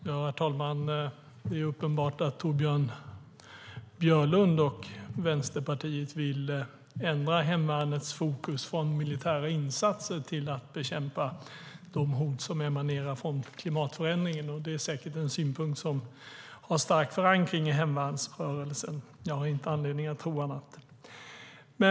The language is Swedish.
Herr talman! Det är uppenbart att Torbjörn Björlund och Vänsterpartiet vill ändra hemvärnets fokus från militära insatser till att bekämpa de hot som emanerar från klimatförändringen. Det är säkert en syn som har stark förankring i hemvärnsrörelsen. Jag har inte anledning att tro annat.